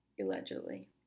allegedly